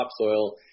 topsoil